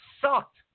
sucked